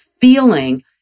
feeling